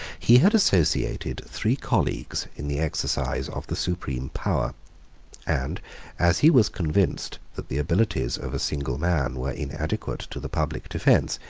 he had associated three colleagues in the exercise of the supreme power and as he was convinced that the abilities of a single man were inadequate to the public defence,